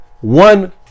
one